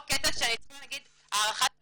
או קטע שאני צריכה נגיד הארכת רישיון,